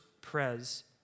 Prez